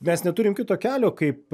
mes neturim kito kelio kaip